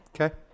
Okay